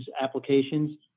applications